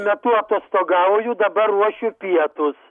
metu atostogauju dabar ruošiu pietus